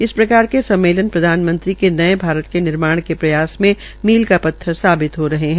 इसी प्रकार के सम्मेलन प्रधानमंत्री के नये भारत के निर्माण के प्रयास में मील का पत्थर साबित हो रहे है